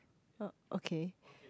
uh okay